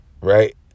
right